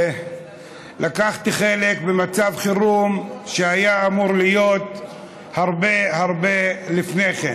ולקחתי חלק במצב חירום שהיה אמור להיות הרבה הרבה לפני כן.